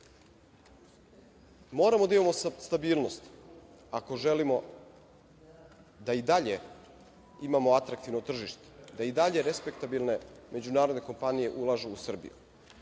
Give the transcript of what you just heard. Moramo da imamo stabilnost ako želimo da i dalje imamo atraktivno tržište, da i dalje respektabilne međunarodne kompanije ulažu u Srbiju.